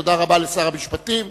תודה רבה לשר המשפטים.